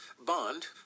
Bond